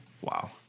Wow